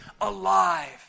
alive